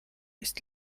ist